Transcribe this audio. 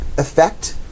effect